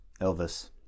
Elvis